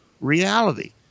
reality